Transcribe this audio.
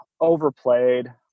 Overplayed